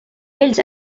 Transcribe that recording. ells